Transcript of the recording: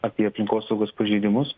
apie aplinkosaugos pažeidimus